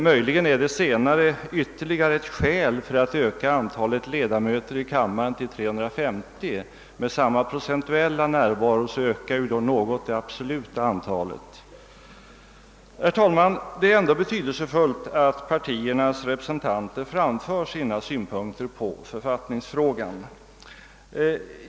Möjligen är det senare ytterligare ett skäl för att vilja öka antalet ledamöter i kammaren till 350 — med samma procentuella närvaro ökar ju då något även det absoluta antalet! Herr talman! Det är ändå betydelsefullt att partiernas representanter framför sina synpunkter på författningsfrågan.